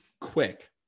quick